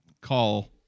call